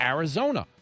Arizona